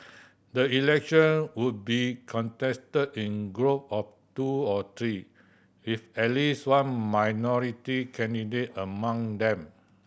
the election would be contested in group of two or three with at least one minority candidate among them